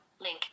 link